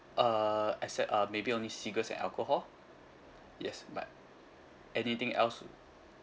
uh except uh maybe only cigars and alcohol yes but anything else